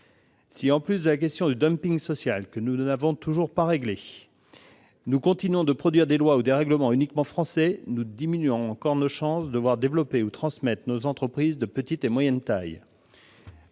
Si, en plus de la question du social, que nous n'avons toujours pas réglée, nous continuons de produire des lois ou des règlements uniquement français, nous diminuons encore nos chances de voir se développer ou se transmettre nos entreprises de petite et moyenne taille,